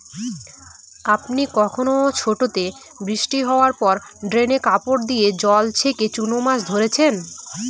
আপনি কখনও ছোটোতে বৃষ্টি হাওয়ার পর ড্রেনে কাপড় দিয়ে জল ছেঁকে চুনো মাছ ধরেছেন?